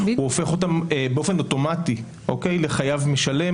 הוא הופך אותם באופן אוטומטי לחייב משלם.